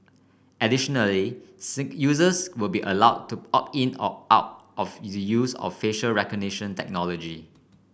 additionally users will be allowed to opt in or out of the use of facial recognition technology